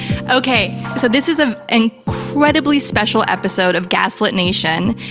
okay. so this is an incredibly special episode of gaslit nation.